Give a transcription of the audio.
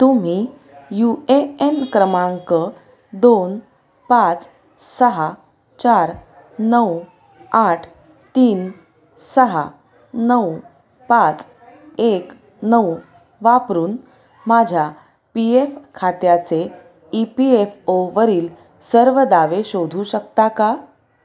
तुम्ही U A N क्रमांक दोन पाच सहा चार नऊ आठ तीन सहा नऊ पाच एक नऊ वापरून माझ्या पी एफ खात्याचे ई पी एफ ओवरील सर्व दावे शोधू शकता का